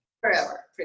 Forever